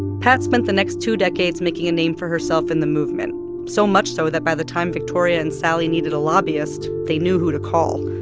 pat spent the next two decades making a name for herself in the movement so much so that by the time victoria and sally needed a lobbyist, they knew who to call.